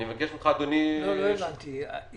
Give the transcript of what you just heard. אני מבקש ממך אדוני לדון בכך.